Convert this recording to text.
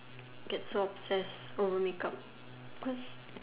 get so obsessed over makeup cause